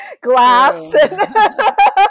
glass